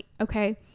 okay